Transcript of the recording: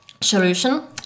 solution